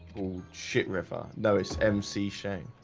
shit river. no, it's mc shame